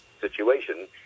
situation